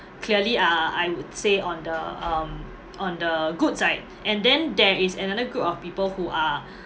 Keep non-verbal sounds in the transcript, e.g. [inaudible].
clearly uh I would say on the um on the good side and then there is another group of people who are [breath]